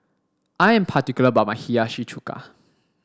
I am particular about my Hiyashi Chuka